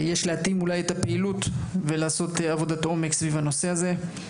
יש להתאים את הפעילות ולעשות עבודת עומק סביב הנושא הזה.